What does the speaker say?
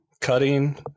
cutting